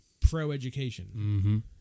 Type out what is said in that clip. pro-education